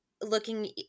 looking